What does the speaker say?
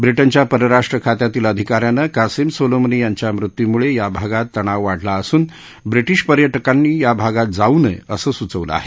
ब्रिजेच्या परराष्ट्र खात्यातील अधिका यानं कासिम सोलोमनी यांच्या मृत्युमुळे या भागात तणाव वाढला असून ब्रिडिंग पर्या क्रिंनी या भागात जाऊ नये असं सूचवलं आहे